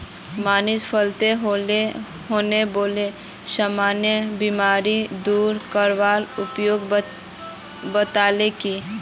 मनीष फलत होने बाला सामान्य बीमारिक दूर करवार उपाय बताल की